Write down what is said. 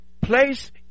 place